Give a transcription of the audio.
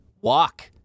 walk